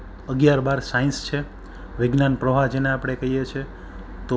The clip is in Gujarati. એને મીડિયાએ ડિટેલમાં બતાવવું જોઈએ